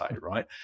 right